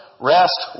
rest